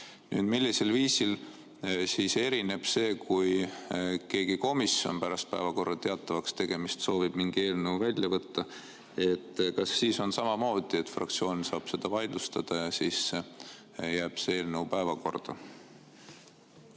Millisel viisil erineb see sellest, kui mõni komisjon soovib pärast päevakorra teatavaks tegemist mingi eelnõu välja võtta? Kas siis on samamoodi, et fraktsioon saab seda vaidlustada ja siis jääb see eelnõu päevakorda?